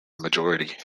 majority